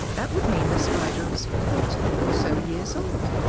that would mean the spider is forty or so years old?